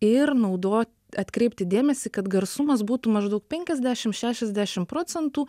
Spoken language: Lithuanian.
ir naudo atkreipti dėmesį kad garsumas būtų maždaug penkiasdešim šešiasdešim procentų